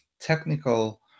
technical